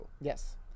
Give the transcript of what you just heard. Yes